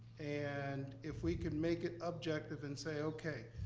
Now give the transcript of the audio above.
and if we can make it objective and say, okay,